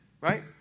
right